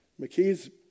McKees